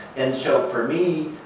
and so for me,